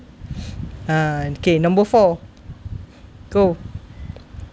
uh okay number four go